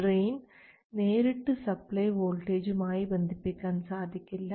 drain നേരിട്ട് supply വോൾട്ടേജും ആയി ബന്ധിപ്പിക്കാൻ സാധിക്കില്ല